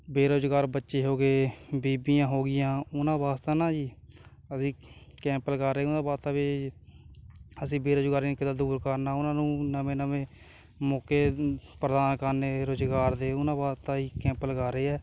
ਬੇਰੁਜ਼ਗਾਰ ਬੱਚੇ ਹੋ ਗਏ ਬੀਬੀਆਂ ਹੋ ਗਈਆਂ ਉਹਨਾਂ ਵਾਸਤੇ ਨਾ ਜੀ ਅਸੀਂ ਕੈਂਪ ਲਗਾ ਰਹੇ ਉਹਨਾਂ ਵਾਸਤੇ ਵੀ ਅਸੀਂ ਬੇਰੁਜ਼ਗਾਰੀ ਨੂੰ ਕਿੱਦਾਂ ਦੂਰ ਕਰਨਾ ਉਹਨਾਂ ਨੂੰ ਨਵੇਂ ਨਵੇਂ ਮੌਕੇ ਪ੍ਰਦਾਨ ਕਰਨੇ ਰੁਜ਼ਗਾਰ ਦੇ ਉਹਨਾਂ ਵਾਸਤੇ ਕੈਂਪ ਲਗਾ ਰਹੇ ਹਾਂ